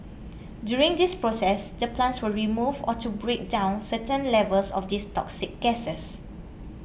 during this process the plants will remove or to break down certain levels of these toxic gases